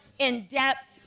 in-depth